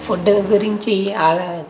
food గురించి అలా